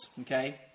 okay